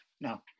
no